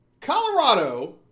Colorado